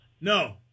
No